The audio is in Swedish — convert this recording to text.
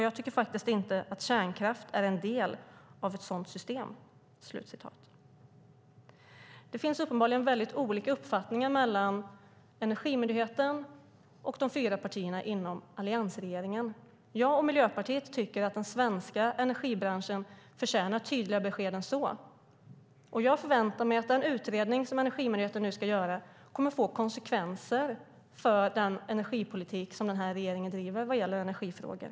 Jag tycker inte att kärnkraft är en del av ett sådant system, fortsätter han. Det finns uppenbarligen väldigt olika uppfattningar mellan Energimyndigheten och de fyra partierna inom alliansregeringen. Jag och Miljöpartiet tycker att den svenska energibranschen förtjänar tydligare besked än så. Jag förväntar mig att den utredning som Energimyndigheten nu ska göra kommer att få konsekvenser för den energipolitik som den här regeringen bedriver.